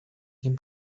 him